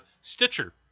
Stitcher